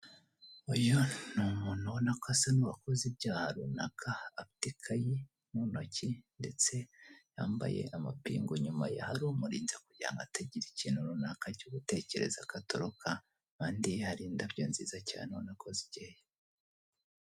Uyu ni umuntu ubona ko asa n'uwakoze ibyaha runaka afite ikayi mu ntoki ndetse yambaye amapingu inyuma ye hari umurinzi kugira ngo atagira ikintu runaka cyo gutekereza agatoroka kandi hari indabyo nziza cyane ubona ko zikeye.